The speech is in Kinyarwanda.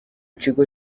kigo